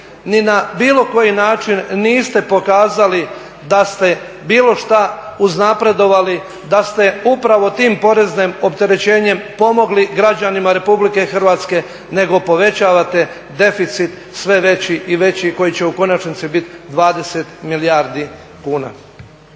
ni na bilo koji način niste pokazali da ste bilo šta uznapredovali, da ste upravo tim poreznim opterećenjem pomogli građanima Republike Hrvatske, nego povećavate deficit sve veći i veći, koji će u konačnici biti 20 milijardi kuna.